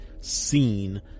seen